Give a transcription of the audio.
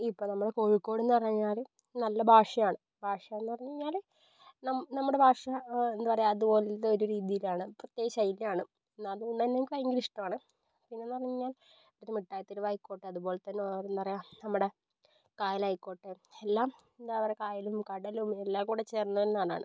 ഇപ്പം നമ്മൾ കോഴിക്കോടെന്നു പറഞ്ഞു കഴിഞ്ഞാൽ നല്ല ഭാഷയാണ് ഭാഷയെന്നു പറഞ്ഞു കഴിഞ്ഞാൽ നം നമ്മുടെ ഭാഷ എന്താ പറയുക അതുപോലത്തെ ഒരു രീതിയിലാണ് പ്രത്യേക ശൈലിയാണ് എന്നാലും ഭയങ്കരിഷ്ടമാണ് പിന്നെയെന്നു പറഞ്ഞു കഴിഞ്ഞാൽ ഒരു മിഠായി തെരുവായിക്കോട്ടെ അതു പോലെത്തന്നെ വേറെന്താ പറയുക നമ്മുടെ കായലായിക്കോട്ടെ എല്ലാം എന്താ പറയുക കായലും കടലും എല്ലാം കൂടി ചേർന്നൊരു നാടാണ്